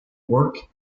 work